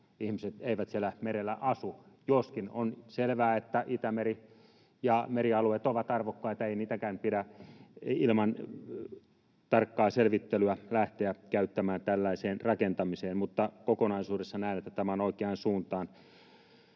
ihmiset eivät siellä merellä asu — joskin on selvää, että Itämeri ja merialueet ovat arvokkaita eikä niitäkään pidä ilman tarkkaa selvittelyä lähteä käyttämään tällaiseen rakentamiseen. Mutta kokonaisuudessa näen, että tämä on oikeansuuntainen.